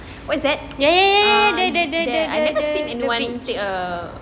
what is that uh there I never see anyone take a